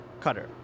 Cutter